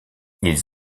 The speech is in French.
ils